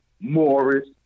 Morris